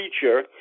feature